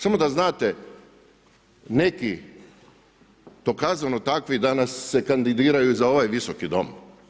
Samo da znate, neki dokazano takvi danas se kandidiraju za ovaj Visoki dom.